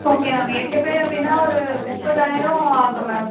okay ma'am எட்டு பேர் அப்படினா ஒரு முப்பதாயிரம் ஆகும் மேம்